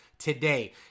Today